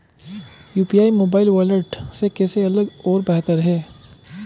UPI mobile wallet से कैसे अलग और बेहतर है?